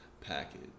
package